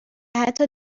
حتی